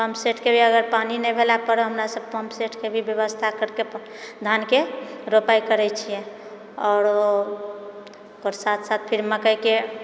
pumping set करियै अगर पानि नहि भेला पर हमरा पम्पिङ्गसेटके भी व्यवस्था करिके धानके रोपाइ करै छियै आरो ओकर साथ साथ फेर मकइके